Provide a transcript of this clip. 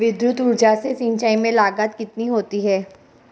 विद्युत ऊर्जा से सिंचाई में लागत कितनी होती है?